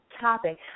topic